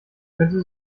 könnte